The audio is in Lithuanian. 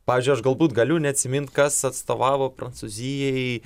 pavyzdžiui aš galbūt galiu neatsimint kas atstovavo prancūzijai